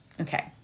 Okay